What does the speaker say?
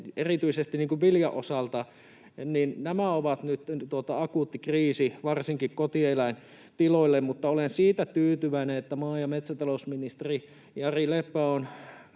erityisesti viljan osalta. Nämä ovat nyt akuutti kriisi varsinkin kotieläintiloille. Mutta olen siitä tyytyväinen, että maa- ja metsätalousministeri Jari Leppä on